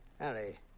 Harry